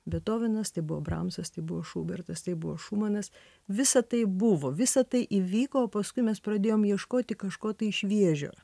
bethovenas tai buvo bramsas tai buvo šubertas tai buvo šumanas visa tai buvo visa tai įvyko o paskui mes pradėjom ieškoti kažko tai šviežio